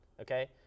okay